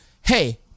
hey